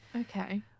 Okay